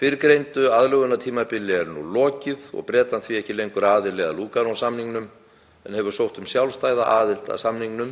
Fyrrgreindu aðlögunartímabili er nú lokið og Bretland því ekki lengur aðili að Lúganósamningnum en hefur sótt um sjálfstæða aðild að samningnum